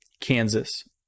Kansas